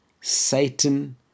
Satan